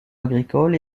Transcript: agricole